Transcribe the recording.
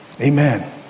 Amen